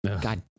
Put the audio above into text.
God